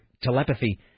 telepathy